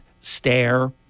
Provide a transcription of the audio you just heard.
stare